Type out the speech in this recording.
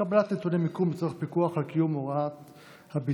(קבלת נתוני מיקום לצורך פיקוח על קיום הוראות הבידוד),